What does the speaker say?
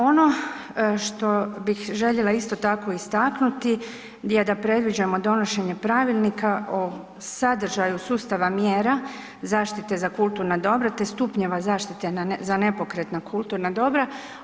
Ono što bih željela isto tako istaknuti je da predviđamo donošenje Pravilnika o sadržaju sustava mjera zaštite za kulturna dobra, te stupnjeva zaštite za nepokretna kulturna dobra.